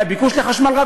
והכול מצוטט והכול